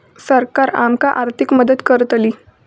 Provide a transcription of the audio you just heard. सरकार आमका आर्थिक मदत करतली?